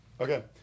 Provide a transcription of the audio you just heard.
Okay